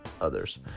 others